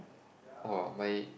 oh my